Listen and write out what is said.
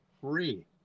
Free